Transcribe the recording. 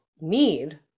need